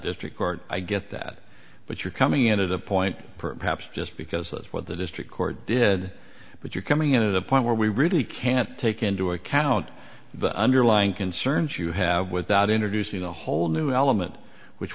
district court i get that but you're coming in at a point perhaps just because that's what the district court did but you're coming in at a point where we really can't take into account the underlying concerns you have without introducing a whole new element which